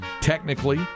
technically